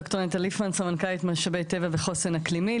ד"ר נטע ליפמן, סמנכ"לית משאבי טבע וחוסן אקלימי.